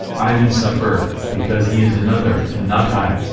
ivan suffer, because he is another and not i.